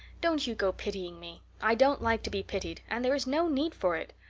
don't you go pitying me. i don't like to be pitied, and there is no need for it.